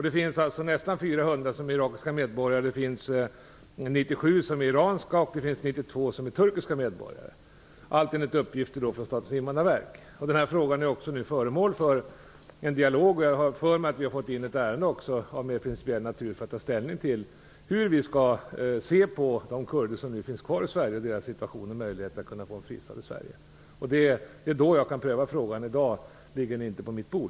Det finns nästan 400 som är irakiska medborgare, 97 iranska och 92 turkiska medborgare - allt enligt uppgift från Statens invandrarverk. Frågan är nu föremål för en dialog. Jag har för mig att vi fått in ett ärende av mer principiell natur att ta ställning till hur vi skall se på de kurders situation som finns kvar i Sverige, om de skall kunna få fristad i Sverige. Det är först då jag kan pröva frågan. I dag ligger ärendet ännu inte på mitt bord.